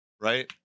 Right